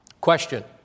Question